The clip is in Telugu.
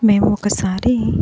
మేము ఒకసారి